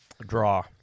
draw